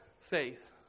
faith